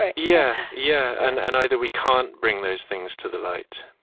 ah yeah, yeah, and and either we can't bring those things to the light,